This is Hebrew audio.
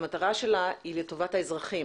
המטרה שלה היא לטובת האזרחים,